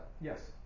yes